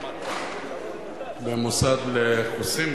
במוסד לחוסים,